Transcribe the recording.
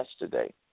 yesterday